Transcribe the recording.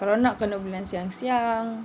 kalau nak kena bilang siang-siang